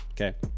Okay